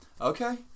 okay